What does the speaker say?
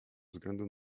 względu